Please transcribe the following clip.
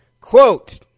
Quote